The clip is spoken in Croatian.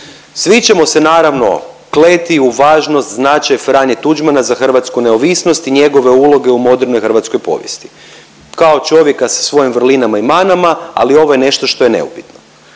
Svi ćemo se naravno kleti u važnost, značaj Franje Tuđmana za hrvatsku neovisnost i njegove uloge u modernoj hrvatskoj povijesti, kao čovjeka sa svojim vrlinama i manama, ali ovo je nešto što je neupitno.